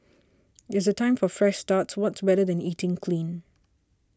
as a time for fresh starts what's better than eating clean